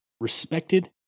respected